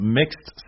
mixed